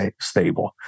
stable